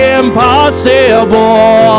impossible